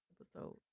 episode